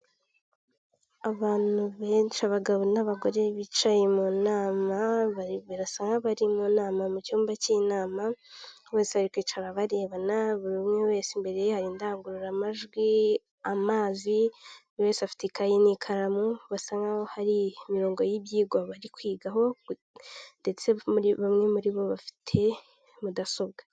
Abantu benshi abagabo n'abagore bicaye mu nama birasa nk'abari mu nama mu cyumba cy'inama, buri wese bari kwicara barebana ,buri umwe wese imbere ye hari indangururamajwi, amazi ,buri wese afite ikayi n'ikaramu basa nk'aho hari imirongo y'ibyigwa bari kwigaho ndetse muri bamwe murabo bafite mudasobwa.